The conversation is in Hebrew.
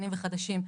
וחדשים,